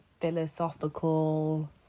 philosophical